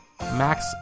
Max